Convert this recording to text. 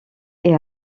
est